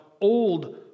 old